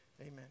Amen